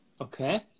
Okay